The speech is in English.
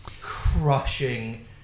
crushing